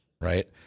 right